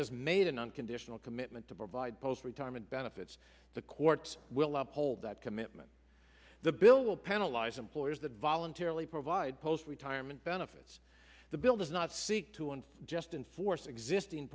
has made an unconditional commitment to provide post retirement benefits the court will uphold that commitment the bill will penalize employers that voluntarily provide post retirement benefits the bill does not seek to and just enforce existing